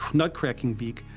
nut-cracking beak.